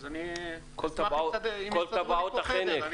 אז אני אשמח אם יסדרו לי פה חדר.